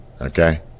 Okay